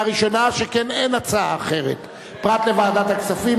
ראשונה שכן אין הצעה אחרת פרט לוועדת הכספים.